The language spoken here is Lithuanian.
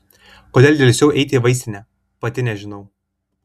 kodėl delsiau eiti į vaistinę pati nežinau